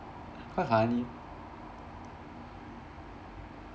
quite funny